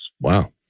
Wow